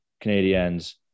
Canadians